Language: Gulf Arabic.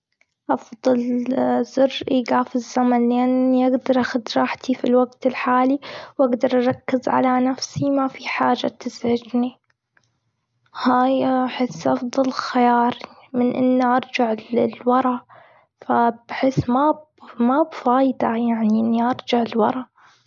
أفضل زر إيقاف الزمن، لإني أقدر آخذ راحتي في الوقت الحالي، واقدر أركز على نفسي ما في حاجه تزعجني. هاي أحس أفضل خيار من إني أرجع للورا فبحس ما مابفايدة يعني إني أرجع لورا.